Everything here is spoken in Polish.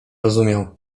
rozumiał